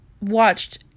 watched